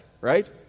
right